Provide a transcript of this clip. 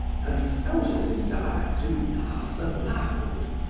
and felt a desire to laugh aloud.